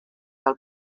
del